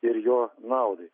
ir jo naudai